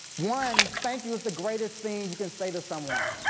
one, thank you is the greatest thing you can say to someone.